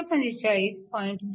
2 W